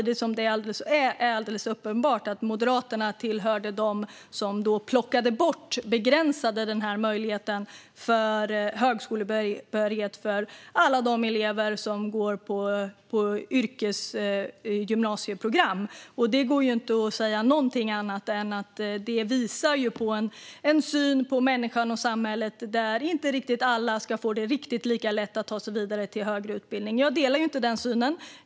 Det är samtidigt alldeles uppenbart att Moderaterna tillhör dem som plockade bort och begränsade möjligheten till högskolebehörighet för alla elever som går på yrkesgymnasieprogram. Det går inte att säga något annat än att detta visar på en syn på människan och samhället där inte riktigt alla ska få det riktigt lika lätt att ta sig vidare till högre utbildning. Jag delar inte den synen.